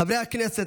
חברי הכנסת,